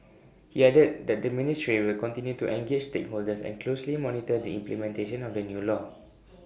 he added that the ministry will continue to engage stakeholders and closely monitor the implementation of the new law